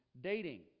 dating